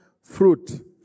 fruit